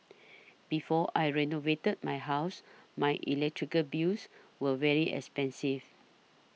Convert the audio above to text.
before I renovated my house my electrical bills were very expensive